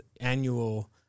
annual